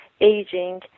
aging